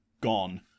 gone